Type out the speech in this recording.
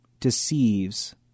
deceives